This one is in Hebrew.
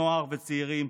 נוער וצעירים.